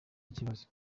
ikibazo